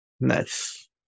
nice